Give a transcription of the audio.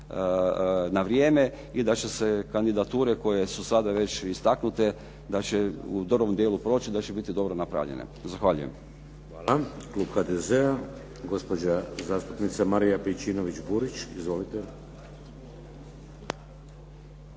na vrijeme i da će se kandidature koje su sada već istaknute da će u dobrom dijelu proći, da će biti dobro napravljene. Zahvaljujem. **Šeks, Vladimir (HDZ)** Hvala. Klub HDZ-a, gospođa zastupnica Marija Pejčinović Burić.